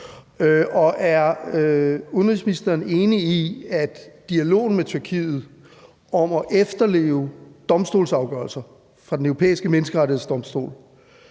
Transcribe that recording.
Er udenrigsministeren enig i, at dialogen med Tyrkiet om at efterleve domstolsafgørelser fra Den Europæiske Menneskerettighedsdomstol